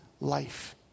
life